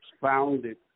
founded